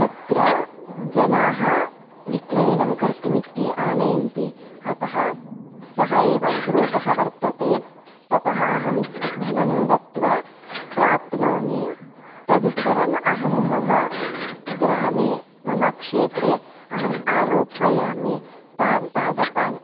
तत्र जनाः विक्रयणं कर्तुं इति आनयन्ति अतः सः एव स्रोतः वर्तते ततः अहं धनं दत्त्वा प्राप्नोमि तदुत्तरम् अहं मम ग्रामे मम क्षेत्रे अहम् आरोपयामि तान् पादपान्